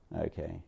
Okay